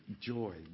Joy